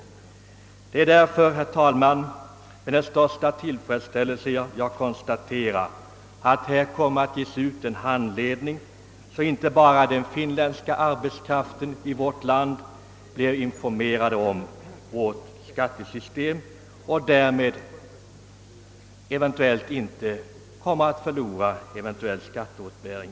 Jag konstaterar därför, herr talman, med största tillfredsställelse att en handledning kommer att ges ut så att den utländska arbetskraften i vårt land blir informerad om vårt skattesystem och därmed undgår att förlora eventuell skatteåterbäring.